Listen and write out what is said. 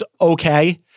okay